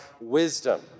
wisdom